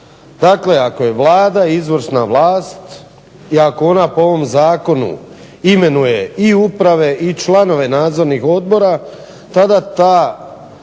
Dakle, ako je Vlada izvršna vlast i ako ona po ovom Zakonu imenuje i uprave i članove nadzornih odbora, tada ta